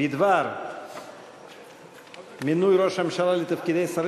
בדבר מינוי ראש הממשלה לתפקידי שרים